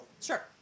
Sure